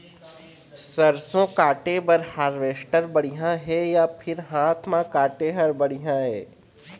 सरसों काटे बर हारवेस्टर बढ़िया हे या फिर हाथ म काटे हर बढ़िया ये?